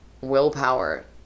willpower